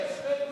יש בדואים